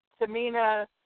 Tamina